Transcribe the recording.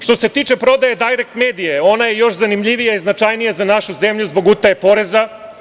Što se tiče prodaje „Dajrekt medije“, ona je još zanimljivija i značajnija za našu zemlju zbog utaje poreza.